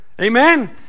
Amen